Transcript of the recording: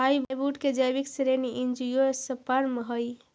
hardwood के जैविक श्रेणी एंजियोस्पर्म हइ